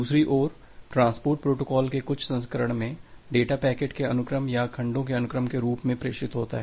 दूसरी ओर transport protocol के कुछ संस्करण में डेटा पैकेट के अनुक्रम या खंडों के अनुक्रम के रूप में प्रेषित होता है